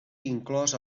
inclòs